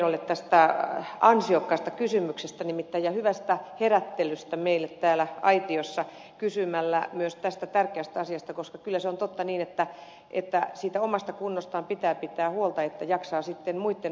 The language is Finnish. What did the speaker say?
miedolle tästä ansiokkaasta kysymyksestä nimittäin ja hyvästä herättelystä meille täällä aitiossa kysymällä myös tästä tärkeästä asiasta koska kyllä se on totta niin että siitä omasta kunnostaan pitää pitää huolta että jaksaa sitten muitten asioita hoitaa